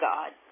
God